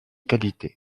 qualité